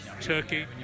Turkey